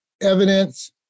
Evidence